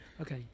okay